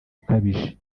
ukabije